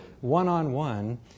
one-on-one